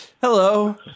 Hello